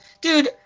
Dude